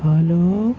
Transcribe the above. hello